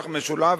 ,